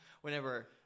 whenever